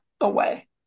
away